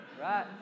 right